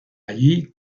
allí